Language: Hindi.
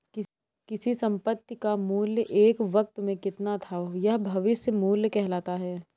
किसी संपत्ति का मूल्य एक वक़्त में कितना था यह भविष्य मूल्य कहलाता है